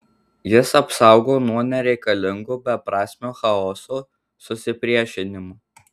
jis apsaugo nuo nereikalingo beprasmio chaoso susipriešinimo